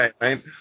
right